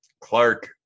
Clark